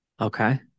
okay